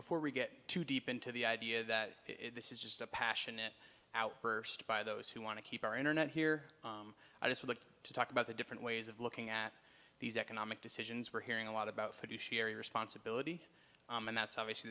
before we get too deep into the idea that this is just a passionate outburst by those who want to keep our internet here i just looked to talk about the different ways of looking at these economic decisions we're hearing a lot about fiduciary responsibility and that's obviously